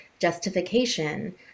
justification